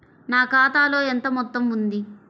నా ఖాతాలో ఎంత మొత్తం ఉంది?